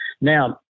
Now